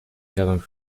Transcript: شوم